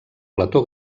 plató